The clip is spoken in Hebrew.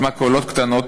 מכולות קטנות,